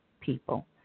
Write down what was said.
people